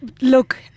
Look